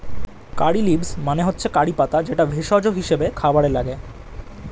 কারী leaves মানে হচ্ছে curry পাতা যেটা ভেষজ হিসেবে খাবারে লাগে